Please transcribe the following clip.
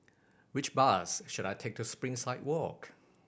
which bus should I take to Springside Walk